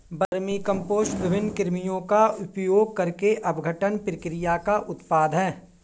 vermicompost विभिन्न कृमियों का उपयोग करके अपघटन प्रक्रिया का उत्पाद है